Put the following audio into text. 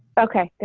okay, there